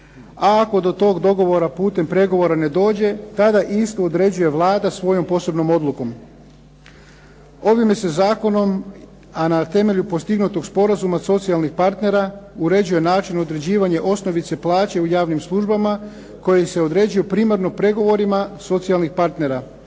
A ako do tog dogovora putem pregovora ne dođe tada istu određuje Vlada svojom posebnom odlukom. Ovime se zakonom, a na temelju postignutog sporazuma socijalnih partnera uređuje način, određivanje osnovice plaće u javnim službama koje se određuju primarno pregovorima socijalnih partnera.